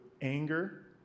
anger